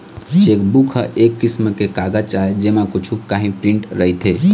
chequebook ह एक किसम के कागज आय जेमा कुछ काही प्रिंट रहिथे